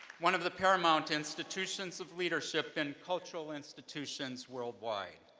one of the paramount institutions of leadership in cultural institutions worldwide.